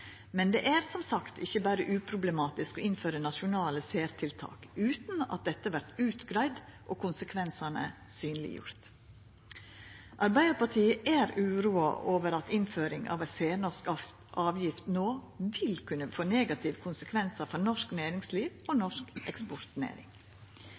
Men det er som sagt ikkje berre uproblematisk å innføra nasjonale særtiltak utan at det vert utgreidd og konsekvensane synleggjorde. Arbeidarpartiet er uroa over at innføring av ei særnorsk avgift no vil kunne få negative konsekvensar for norsk næringsliv og